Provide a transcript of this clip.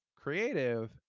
creative